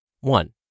One